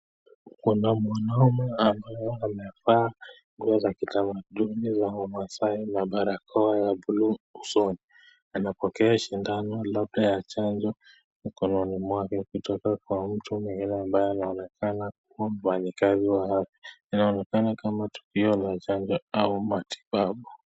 Kuna mwanaume ambaye amevaa nguo za kitamaduni za wamasai na barakoa ya buluu usoni, anapokea sindano labda ya chanjo mkononi mwake, kutoka kwa mtu mwingine ambaye anaonekana kuwa mfanyikazi wa afya, inaonekana kama tukio la chanjo au matibabu.